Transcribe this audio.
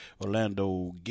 Orlando